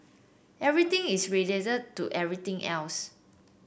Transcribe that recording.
everything is related to everything else